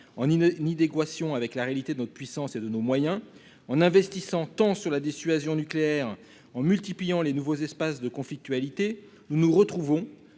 en ni d'équations avec la réalité de notre puissance et de nos moyens en investissant tant sur la dissuasion nucléaire en multipliant les nouveaux espaces de conflictualité. Nous nous retrouvons,